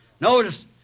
Notice